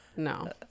No